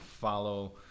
follow